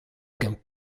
gant